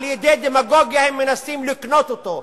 על-ידי דמגוגיה הם מנסים לקנות אותו.